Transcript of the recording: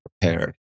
prepared